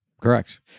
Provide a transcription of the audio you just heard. Correct